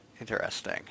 Interesting